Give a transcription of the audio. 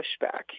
pushback